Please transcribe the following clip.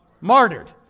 martyred